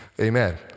Amen